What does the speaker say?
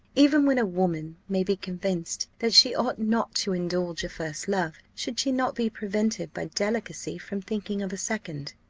even when a woman may be convinced that she ought not to indulge a first love, should she not be prevented by delicacy from thinking of a second?